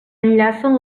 enllacen